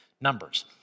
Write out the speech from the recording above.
numbers